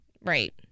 Right